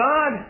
God